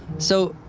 so,